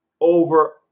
over